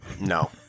No